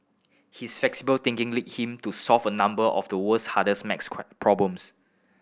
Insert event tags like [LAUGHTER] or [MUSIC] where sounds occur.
his flexible thinking lead him to solve a number of the world's hardest max [UNINTELLIGIBLE] problems